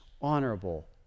honorable